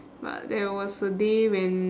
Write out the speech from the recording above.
but there was a day when